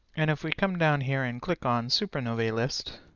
and if we come down here and click on supernovae list,